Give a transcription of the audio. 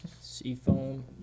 Seafoam